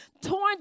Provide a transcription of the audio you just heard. torn